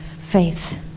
faith